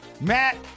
matt